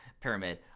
Pyramid